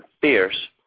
fierce